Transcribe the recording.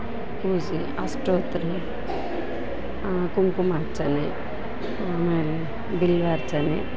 ಪೂಜೆ ಅಷ್ಟೋತ್ರ ಕುಂಕುಮಾರ್ಚನೆ ಆಮೇಲೆ ಬಿಲ್ವಾರ್ಚನೆ